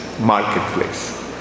marketplace